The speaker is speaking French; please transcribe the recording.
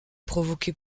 provoqué